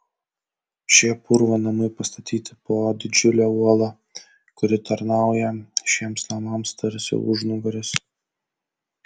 šie purvo namai pastatyti po didžiule uola kuri tarnauja šiems namams tarsi užnugaris